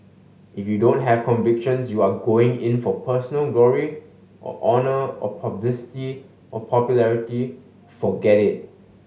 if you don't have convictions you are going in for personal glory or honour or publicity or popularity forget it